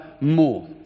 more